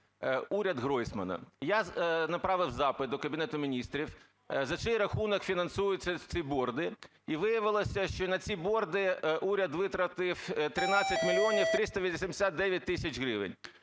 "Уряд Гройсмана". Я направив запит до Кабінету Міністрів: за чий рахунок фінансуються ці борди. І виявилося, що на ці борди уряд витратив 13 мільйонів 389 тисяч гривень.